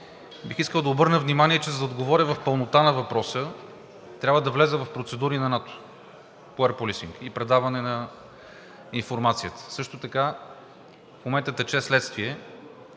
бих искал да обърна внимание, че за да отговоря в пълнота на въпроса, трябва да вляза в процедури на НАТО по Еър полисинг и предаване на информацията. Също така в момента тече следствие